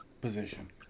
position